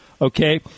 Okay